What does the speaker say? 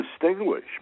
distinguish